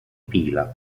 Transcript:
pila